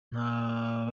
nta